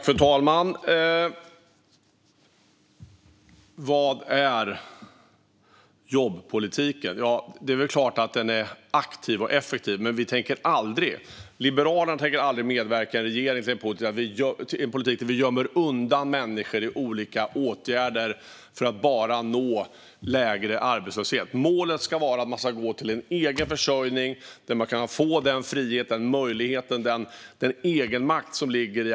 Fru talman! Vad är jobbpolitiken? Det är väl klart att den är aktiv och effektiv, men Liberalerna tänker aldrig medverka i en regering till en politik där vi gömmer undan människor i olika åtgärder för att bara nå lägre arbetslöshet. Målet ska vara att man ska gå till en egen försörjning, där man kan få den frihet, den möjlighet och den egenmakt som det innebär.